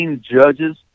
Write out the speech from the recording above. judges